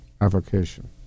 Avocation